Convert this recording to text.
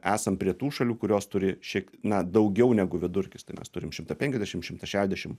esam prie tų šalių kurios turi šiek na daugiau negu vidurkis tai mes turim šimtą penkiasdešim šimtą šešdešim